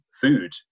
food